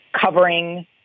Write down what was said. covering